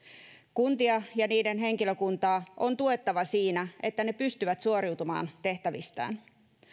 kuntia ja niiden henkilökuntaa on tuettava siinä että ne pystyvät suoriutumaan tehtävistään